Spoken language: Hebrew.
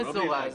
להגיד.